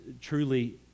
truly